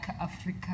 Africa